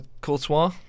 Courtois